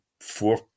four